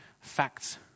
facts